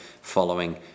following